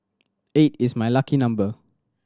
eight is my lucky number